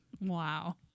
Wow